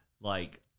like-